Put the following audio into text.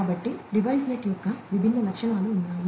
కాబట్టి డివైస్నెట్ యొక్క విభిన్న లక్షణాలు ఉన్నాయి